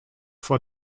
for